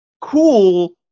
cool